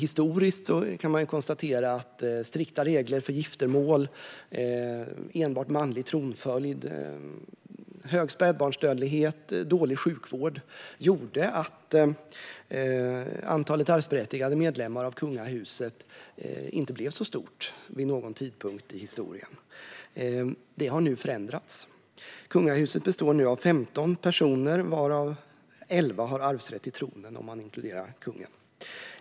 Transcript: Man kan konstatera att strikta regler för giftermål, enbart manlig tronföljd, hög spädbarnsdödlighet och dålig sjukvård gjorde att antalet arvsberättigade medlemmar av kungahuset inte blev så stort vid någon tidpunkt i historien. Det har nu förändrats. Kungahuset består nu av 15 personer, varav 11 har arvsrätt till tronen om man inkluderar kungen.